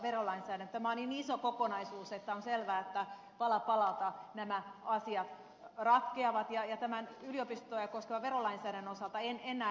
tämä on niin iso kokonaisuus että on selvää että pala palalta nämä asiat ratkeavat ja tämän yliopistoja koskevan verolainsäädännön osalta en näe ongelmaa